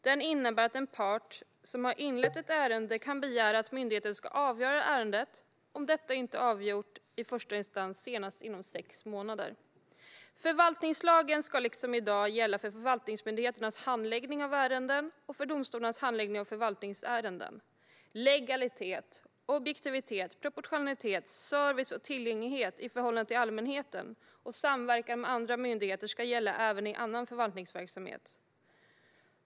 Det innebär att en part som har inlett ett ärende kan begära att myndigheten ska avgöra ärendet om det inte är avgjort i första instans senast inom sex månader. Förvaltningslagen ska liksom i dag gälla för förvaltningsmyndigheternas handläggning av ärenden och för domstolarnas handläggning av förvaltningsärenden. Legalitet, objektivitet, proportionalitet, service och tillgänglighet i förhållande till allmänheten och samverkan med andra myndigheter ska gälla även i annan förvaltningsverksamhet.